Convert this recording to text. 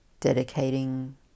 dedicating